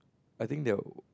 I think they were